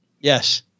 Yes